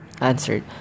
answered